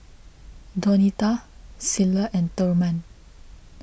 Donita Cilla and Thurman